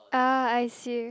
ah I see